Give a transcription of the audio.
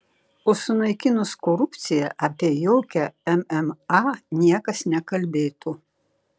o sunaikinus korupciją apie jokią mma niekas nekalbėtų